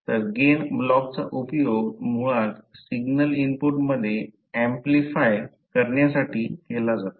तर गेन ब्लॉकचा उपयोग मुळात सिग्नल इनपुटमध्ये ऍम्प्लिफाय करण्यासाठी केला जातो